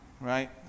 Right